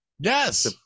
Yes